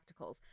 practicals